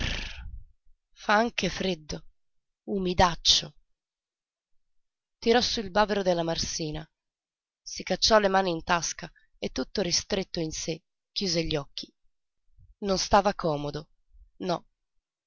fa anche freddo umidaccio tirò sú il bavero della marsina si cacciò le mani in tasca e tutto ristretto in sé chiuse gli occhi non stava comodo no